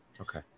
Okay